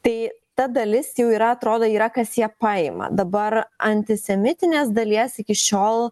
tai ta dalis jau yra atrodo yra kas ją paima dabar antisemitinės dalies iki šiol